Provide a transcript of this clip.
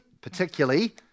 particularly